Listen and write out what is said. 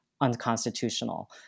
unconstitutional